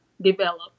develop